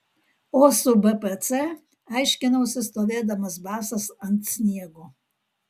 o su bpc aiškinausi stovėdamas basas ant sniego